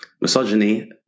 misogyny